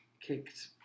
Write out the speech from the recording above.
kicked